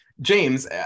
James